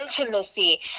intimacy